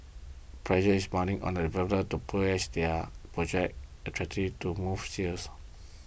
pressure is mounting on developers to price their projects attractive to move sales